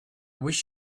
wish